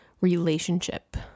relationship